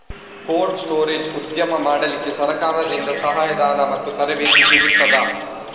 Cold storage ಉದ್ಯಮ ಮಾಡಲಿಕ್ಕೆ ಸರಕಾರದಿಂದ ಸಹಾಯ ಧನ ಮತ್ತು ತರಬೇತಿ ಸಿಗುತ್ತದಾ?